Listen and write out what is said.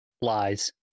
Lies